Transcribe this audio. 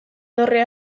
dorre